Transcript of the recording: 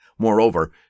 Moreover